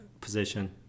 position